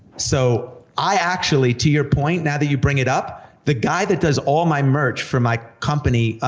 so i actually, to your point, now that you bring it up, the guy that does all my merch for my company,